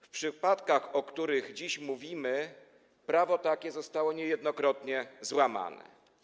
W przypadkach, o których dziś mówimy, prawo to zostało niejednokrotnie złamane.